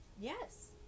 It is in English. Yes